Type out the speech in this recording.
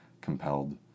compelled